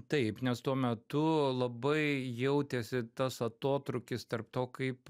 taip nes tuo metu labai jautėsi tas atotrūkis tarp to kaip